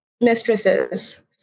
Mistresses